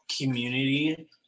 community